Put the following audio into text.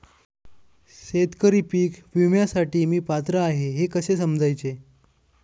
शेतकरी पीक विम्यासाठी मी पात्र आहे हे कसे समजायचे?